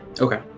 Okay